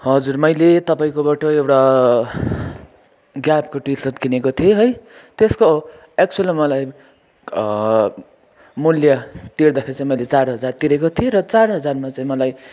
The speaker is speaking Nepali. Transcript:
हजुर मैले तपाईँकोबाट एउटा ग्यापको टिसर्ट किनेको थिएँ है त्यसको एक्चुवलमा मलाई मुल्य तिर्दाखेरि चै मैले चार हजार तिरेको थिएँ र चार हजारमा चाहिँ मलाई